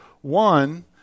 One